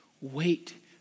Wait